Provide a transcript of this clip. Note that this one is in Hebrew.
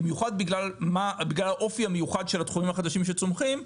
במיוחד בגלל האופי המיוחד של התחומים החדשים שצומחים,